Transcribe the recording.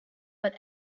but